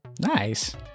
nice